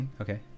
okay